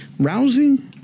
Rousey